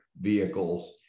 vehicles